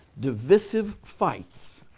divisive fights.